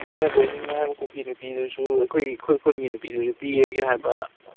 ꯅꯪꯅ ꯀꯣꯏꯅꯤꯡꯉꯦ ꯍꯥꯏꯕ ꯀꯨꯀꯤ ꯅꯨꯄꯤꯗꯨꯁꯨ ꯑꯩꯈꯣꯏ ꯈꯨꯟꯒꯤ ꯅꯨꯄꯤꯗꯨꯁꯨ ꯄꯤꯔꯒꯦ ꯍꯥꯏꯕ